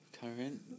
current